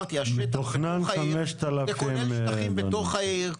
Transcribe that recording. זה כולל שטחים בתוך העיר,